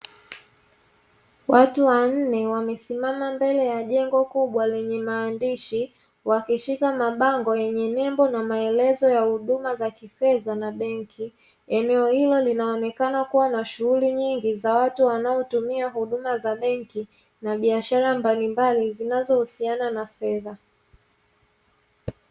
Watu wanne wamesimama mbele ya jengo kubwa lenye maandishi, wakishika mabango yenye nembo na maelezo ya huduma za kifedha na benki, eneo hilo linaonekana kuwa na shughuli nyingi za watu wanaotumia huduma za benki, na biashara mbalimbali zinazohusiana na fedha.